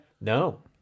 No